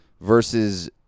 versus